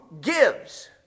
gives